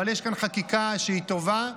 אבל יש כאן חקיקה שהיא טובה.